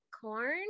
corn